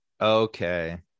Okay